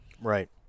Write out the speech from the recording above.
Right